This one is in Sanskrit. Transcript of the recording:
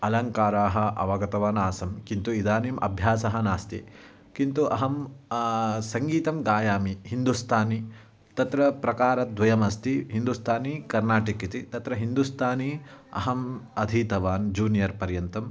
अलङ्काराः अवगतवान् आसम् किन्तु इदानीम् अभ्यासः नास्ति किन्तु अहं सङ्गीतं गायामि हिन्दुस्थानी तत्र प्रकारद्वयमस्ति हिन्दुस्थानी कर्नाटिक् इति तत्र हिन्दुस्थानी अहम् अधीतवान् जूनियर् पर्यन्तम्